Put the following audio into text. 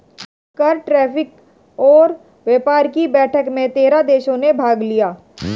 कर, टैरिफ और व्यापार कि बैठक में तेरह देशों ने भाग लिया